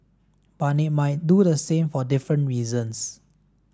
but they might do so for different reasons